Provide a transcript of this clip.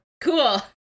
Cool